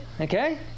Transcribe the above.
Okay